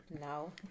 No